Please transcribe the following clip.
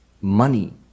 money